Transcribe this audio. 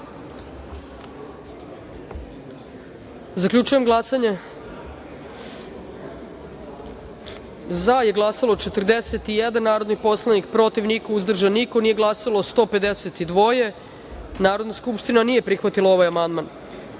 amandman. Zaključujem glasanje: za je glasalo – 41 narodni poslanik, protiv – niko, uzdržan – niko, nije glasalo – 155.Narodna skupština nije prihvatila ovaj amandman. Na